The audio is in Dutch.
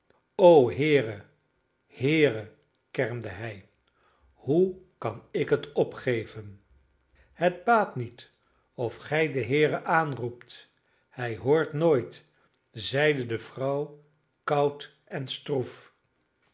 o heere heere kermde hij hoe kan ik het opgeven het baat niet of gij den heere aanroept hij hoort nooit zeide de vrouw koud en stroef